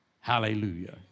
Hallelujah